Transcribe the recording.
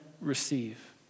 receive